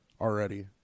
already